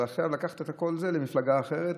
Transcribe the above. ועכשיו לקחת את כל זה למפלגה אחרת,